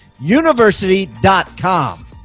university.com